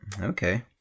Okay